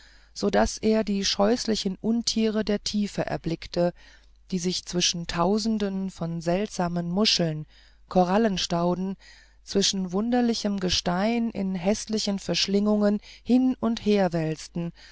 so daß er die scheußlichen untiere der tiefe erblicke die sich zwischen tausenden von seltsamen muscheln korallenstauden zwischen wunderlichem gestein in häßlichen verschlingungen hin und her wälzten